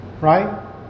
Right